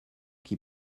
qui